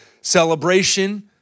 celebration